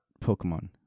Pokemon